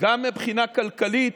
גם מבחינה כלכלית,